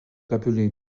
appelés